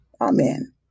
Amen